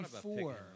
four